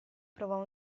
provò